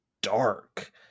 dark